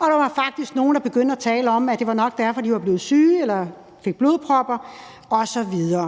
Og der var faktisk nogle, der begyndte at tale om, at det nok var derfor, at de var blevet syge eller fik blodpropper osv.